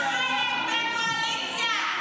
בבקשה.